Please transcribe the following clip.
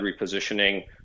repositioning